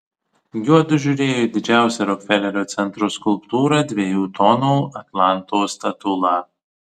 juodu žiūrėjo į didžiausią rokfelerio centro skulptūrą dviejų tonų atlanto statulą